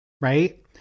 Right